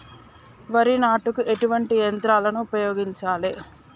వరి నాటుకు ఎటువంటి యంత్రాలను ఉపయోగించాలే?